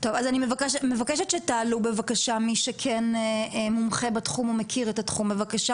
אני מבקשת שתעלו בבקשה מי שכן מומחה בתחום או מכיר את התחום בבקשה,